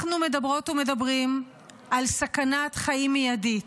אנחנו מדברות ומדברים על סכנת חיים מיידית.